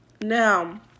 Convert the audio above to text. now